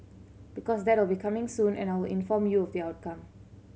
because that will be coming soon and I will inform you of the outcome